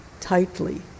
tightly